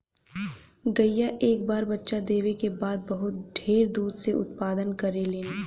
गईया एक बार बच्चा देवे क बाद बहुत ढेर दूध के उत्पदान करेलीन